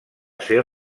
ser